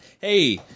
hey